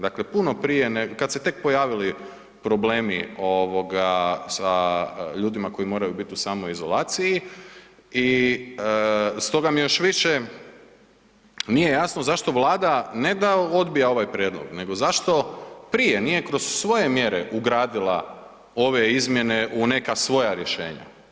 Dakle, puno prije, kad su se tek pojavili problemi sa ljudima koji moraju biti u samoizolaciji i stoga mi je još više nije jasno zašto Vlada ne da odbija ovaj prijedlog, nego zašto prije nije kroz svoje mjere ugradila ove izmjene u neka svoja rješenja.